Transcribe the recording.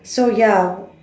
so ya